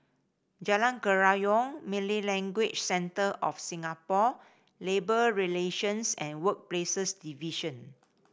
Jalan Kerayong Malay Language Centre of Singapore Labour Relations and Workplaces Division